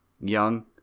Young